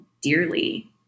dearly